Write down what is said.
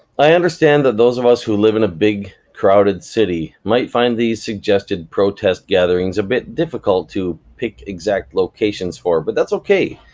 i understand that those of us who live in a big crowded city might find these suggested protest gatherings a bit difficult to pick exact locations for, but that's okay.